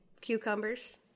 Cucumbers